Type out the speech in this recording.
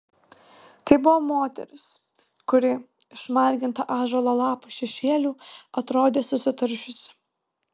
tai buvo moteris kuri išmarginta ąžuolo lapo šešėlių atrodė susitaršiusi